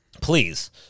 Please